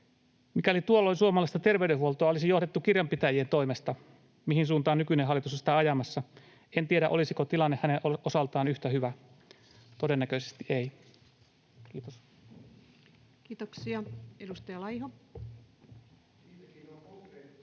Mikäli tuolloin suomalaista terveydenhuoltoa olisi johdettu kirjanpitäjien toimesta, mihin suuntaan nykyinen hallitus on sitä ajamassa, en tiedä, olisiko tilanne hänen osaltaan yhtä hyvä. Todennäköisesti ei. — Kiitos. [Aki Lindén: Siitäkin